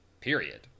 period